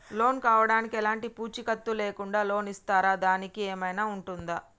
Loan కావడానికి ఎలాంటి పూచీకత్తు లేకుండా లోన్ ఇస్తారా దానికి ఏమైనా ఉంటుందా?